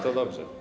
To dobrze.